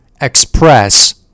express